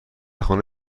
خانه